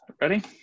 Ready